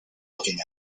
looking